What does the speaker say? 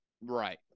right